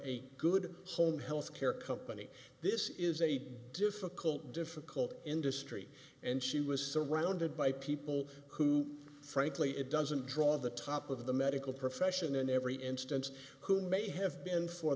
a good home health care company this is a difficult difficult industry and she was surrounded by people who frankly it doesn't draw the top of the medical profession in every instance who may have been for